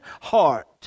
heart